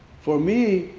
for me,